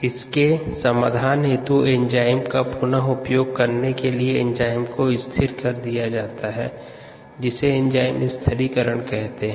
इसके समाधान हेतु और एंजाइम का पुन उपयोग करने के लिए एंजाइम को स्थिर कर दिया है जिसे एंजाइम स्थिरीकरण कहते है